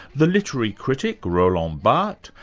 the literary critic roland barthes,